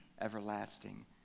everlasting